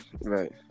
right